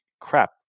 crap